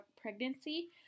pregnancy